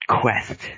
quest